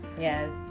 Yes